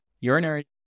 urinary